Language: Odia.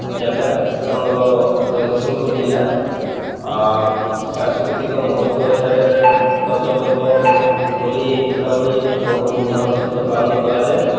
ଜାଗା ଆମର ଜଗତସିଂହପୁର ଜିଲ୍ଲା ସାଂସ୍କୃତିକ ମହତ୍ତ୍ୱ ଏଠାରେ ରଜପର୍ବ ହୋଲି ଦୀପାବଳି ବହୁତ ଧୁମ୍ଧାମର ସହିତ ପାଳନ କରାଯାଏ